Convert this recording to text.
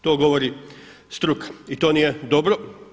To govori struka i to nije dobro.